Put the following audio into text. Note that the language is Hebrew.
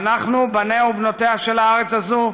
ואנחנו, בניה ובנותיה של הארץ הזאת,